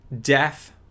Death